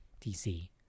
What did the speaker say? dc